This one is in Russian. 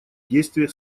действия